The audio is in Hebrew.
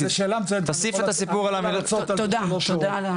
זאת שאלה מצוינת, אני יכול לדבר על זה שלוש שעות.